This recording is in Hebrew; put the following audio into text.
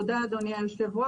תודה אדוני היושב ראש.